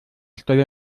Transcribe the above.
stelle